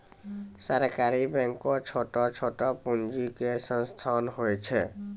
सहकारी बैंक छोटो पूंजी के संस्थान होय छै